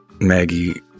Maggie